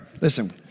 listen